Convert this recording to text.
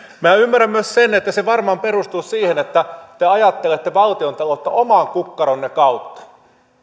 minä ymmärrän myös sen että se varmaan perustuu siihen että te ajattelette valtiontaloutta oman kukkaronne kautta